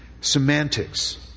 semantics